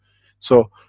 so,